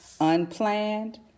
unplanned